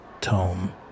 tome